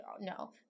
no